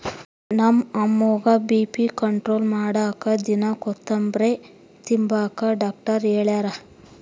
ನಮ್ಮ ಅಮ್ಮುಗ್ಗ BP control ಮಾಡಾಕ ದಿನಾ ಕೋತುಂಬ್ರೆ ತಿಂಬಾಕ ಡಾಕ್ಟರ್ ಹೆಳ್ಯಾರ